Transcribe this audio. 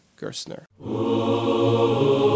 Gerstner